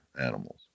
animals